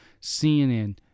CNN